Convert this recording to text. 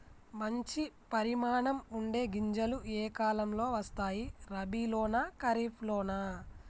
మంచి పరిమాణం ఉండే గింజలు ఏ కాలం లో వస్తాయి? రబీ లోనా? ఖరీఫ్ లోనా?